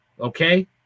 okay